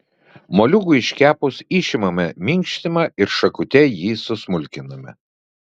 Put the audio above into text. moliūgui iškepus išimame minkštimą ir šakute jį susmulkiname